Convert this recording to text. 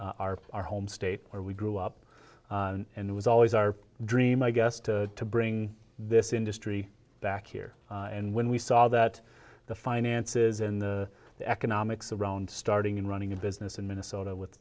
our our home state where we grew up and it was always our dream i guess to bring this industry back here and when we saw that the finances in the economics around starting and running a business in minnesota with